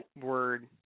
word